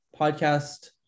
podcast